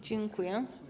Dziękuję.